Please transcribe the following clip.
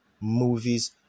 movies